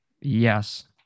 Yes